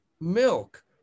milk